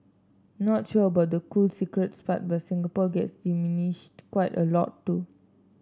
not sure about the cool secrets part but Singapore gets dismissed quite a lot too